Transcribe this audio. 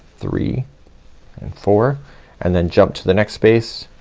three and four and then jump to the next space,